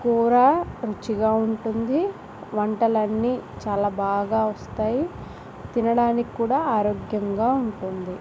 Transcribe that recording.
కూర రుచిగా ఉంటుంది వంటలు అన్నీ చాలా బాగా వస్తాయి తినడానికి కూడా ఆరోగ్యంగా ఉంటుంది